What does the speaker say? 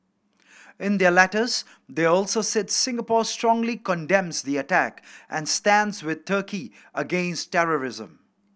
in their letters they also said Singapore strongly condemns the attack and stands with Turkey against terrorism